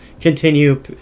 continue